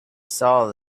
saw